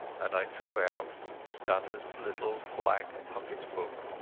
and i drew out scudderas little black pocket-book.